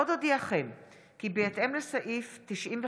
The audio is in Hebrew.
עוד אודיעכם כי בהתאם לסעיף 95(ד)